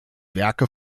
werke